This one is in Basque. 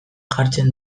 jartzen